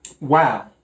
Wow